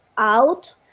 out